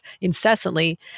incessantly